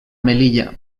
melilla